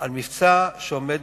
על מבצע שעומד